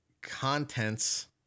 contents